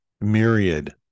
myriad